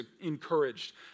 encouraged